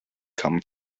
come